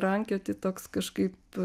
rankioti toks kažkaip